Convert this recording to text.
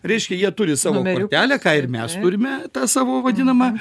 reiškia jie turi savo kortelę ką ir mes turime tą savo vadinamą